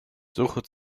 suche